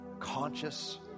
conscious